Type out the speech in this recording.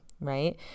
right